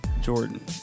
Jordan